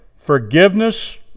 Forgiveness